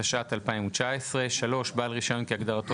התשע"ט 2019 ; (3) בעל רישיון כהגדרתו